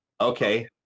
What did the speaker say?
Okay